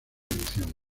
edición